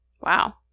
Wow